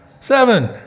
seven